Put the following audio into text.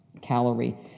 calorie